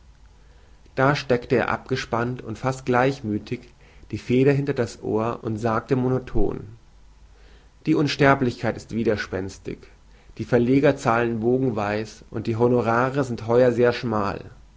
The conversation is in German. da steckte er abgespannt und fast gleichmüthig die feder hinter das ohr und sagte monoton die unsterblichkeit ist widerspänstig die verleger zahlen bogenweis und die honorare sind heuer sehr schmal